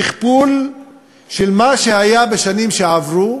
שכפול של מה שהיה בשנים שעברו,